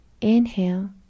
inhale